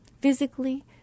physically